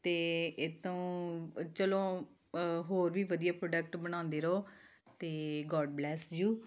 ਅਤੇ ਇਹ ਤੋਂ ਚਲੋ ਹੋਰ ਵੀ ਵਧੀਆ ਪ੍ਰੋਡਕਟ ਬਣਾਉਂਦੇ ਰਹੋ ਅਤੇ ਗੋਡ ਬਲੈਸ ਯੂ